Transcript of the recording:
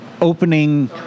opening